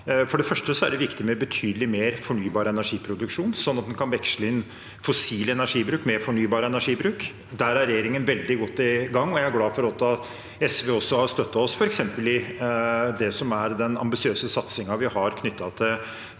For det første er det viktig med betydelig mer fornybar energiproduksjon, sånn at en kan veksle inn fossil energibruk med fornybar energibruk. Der er regjeringen veldig godt i gang, og jeg er glad for at SV også har støttet oss, f.eks. i den ambisiøse satsingen vi har knyttet til